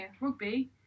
Rugby